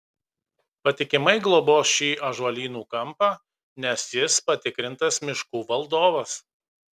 patikimai globos šį ąžuolynų kampą nes jis patikrintas miškų valdovas